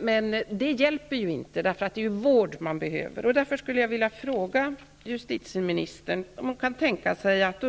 Men det hjälper inte, eftersom förövarna behöver vård. Kan justitieministern tänka sig att